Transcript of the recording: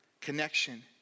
connection